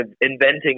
Inventing